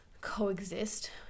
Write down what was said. coexist